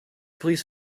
police